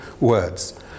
words